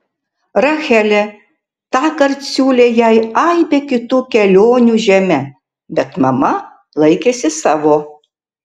rachelė tąkart siūlė jai aibę kitų kelionių žeme bet mama laikėsi savo